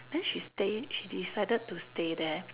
then she stay she decided to stay there